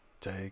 Take